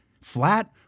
flat